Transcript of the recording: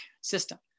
system